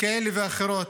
כאלה ואחרות.